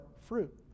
fruit